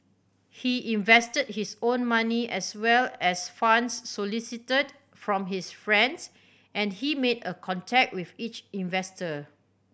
he invested his own money as well as funds solicited from his friends and he made a contract with each investor